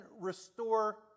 restore